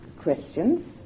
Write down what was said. questions